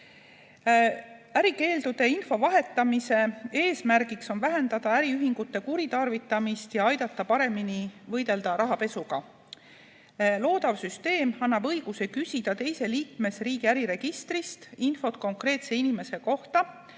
Ärikeeldude info vahetamise eesmärgiks on vähendada äriühingute kuritarvitamist ja aidata paremini võidelda rahapesuga. Loodav süsteem annab õiguse küsida teise liikmesriigi äriregistrist konkreetse inimese kohta